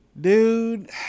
dude